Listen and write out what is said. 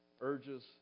urges